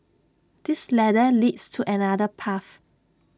this ladder leads to another path